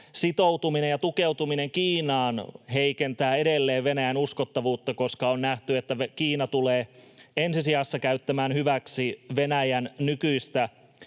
sitoutuminen ja tukeutuminen Kiinaan heikentää edelleen Venäjän uskottavuutta, koska on nähty, että Kiina tulee ensisijassa käyttämään hyväksi Venäjän nykyistä